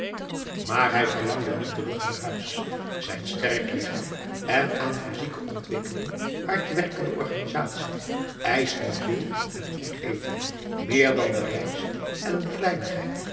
maar hij verlangde niet terug naar huis zijn sterk lichaam en aan physieke ontwikkeling hard werkende organisatie eischten veel en goed eten meer dan de rijst en een kleinigheid